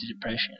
depression